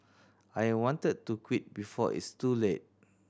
I wanted to quit before it's too late